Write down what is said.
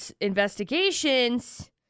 investigations